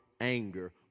anger